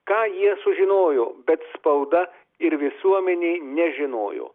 ką jie sužinojo bet spauda ir visuomenė nežinojo